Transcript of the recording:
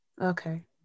Okay